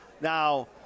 Now